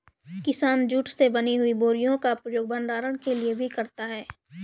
किसान जूट से बनी हुई बोरियों का प्रयोग भंडारण के लिए भी करता है